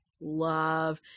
love